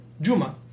Juma